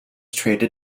traded